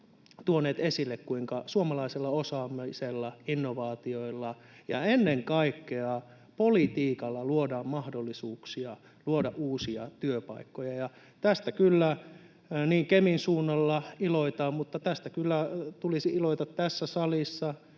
tuoneet esille, kuinka suomalaisella osaamisella, innovaatioilla ja ennen kaikkea politiikalla luodaan mahdollisuuksia luoda uusia työpaikkoja. Tästä kyllä Kemin suunnalla iloitaan, mutta tästä kyllä tulisi iloita tässä salissa